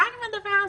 די עם הדבר הזה.